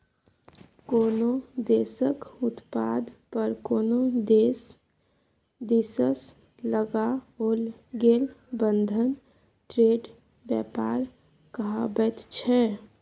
कोनो देशक उत्पाद पर कोनो देश दिससँ लगाओल गेल बंधन ट्रेड व्यापार कहाबैत छै